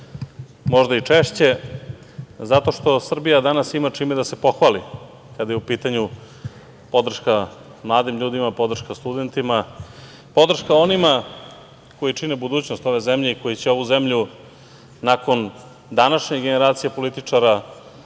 možda i češće, zato što Srbija danas ima čime da se pohvali kada je u pitanju podrška mladim ljudima, podrška studentima, podrška onima koji čine budućnost ove zemlje i koji će ovu zemlju, nakon današnje generacije političara,